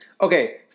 Okay